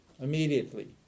Immediately